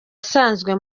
asanzwe